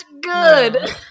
good